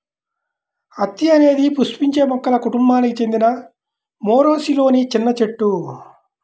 అత్తి అనేది పుష్పించే మొక్కల కుటుంబానికి చెందిన మోరేసిలోని చిన్న చెట్టు